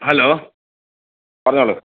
hello പറഞ്ഞോളൂ